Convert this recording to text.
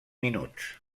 minuts